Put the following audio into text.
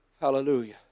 hallelujah